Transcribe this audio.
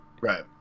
right